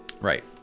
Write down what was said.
Right